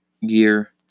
year